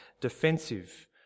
defensive